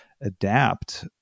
adapt